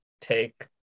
take